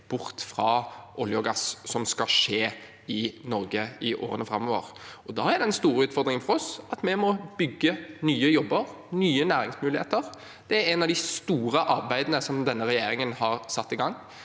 bort fra olje og gass som skal skje i Norge i årene framover. Da er den store utfordringen for oss at vi må bygge nye jobber og nye næringsmuligheter. Det er et av de store arbeidene denne regjeringen har satt i gang